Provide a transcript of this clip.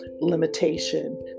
limitation